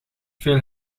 veel